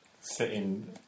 sitting